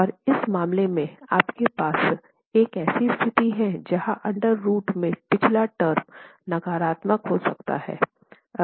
और इस मामले में आपके पास एक ऐसी स्थिति है जहां अंडर रूट में पिछला टर्म नकारात्मक हो सकता है